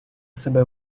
себе